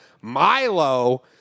Milo